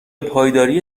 پایداری